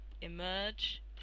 emerge